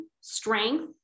strength